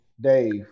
Dave